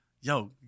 yo